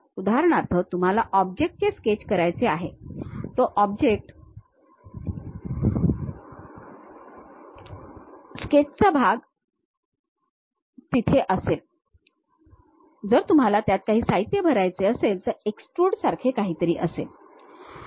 उदाहरणार्थ तुम्हाला ऑब्जेक्टचे स्केच करायचे आहे तो ऑब्जेक्ट स्केचचा भाग तिथे असेल जर तुम्हाला त्यात काही साहित्य भरायचे असेल तर एक्सट्रूड सारखे काहीतरी असेल